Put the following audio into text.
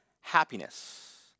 happiness